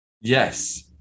Yes